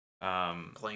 Playing